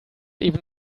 even